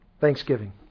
Thanksgiving